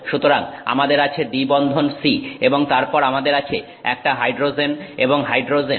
সুতরাং আমাদের আছে দ্বি বন্ধন C এবং তারপর আমাদের আছে একটা হাইড্রোজেন এবং হাইড্রোজেন